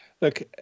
Look